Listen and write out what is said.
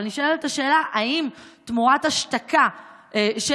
אבל נשאלת השאלה: האם תמורת השתקה של